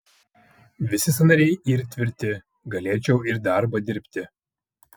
visi sąnariai yr tvirti galėčiau ir darbą dirbti